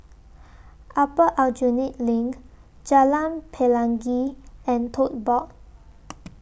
Upper Aljunied LINK Jalan Pelangi and Tote Board